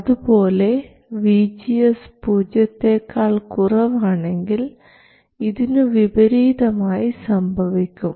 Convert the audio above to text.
അതുപോലെ vgs പൂജ്യത്തെക്കാൾ കുറവാണെങ്കിൽ ഇതിനു വിപരീതമായി സംഭവിക്കും